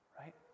right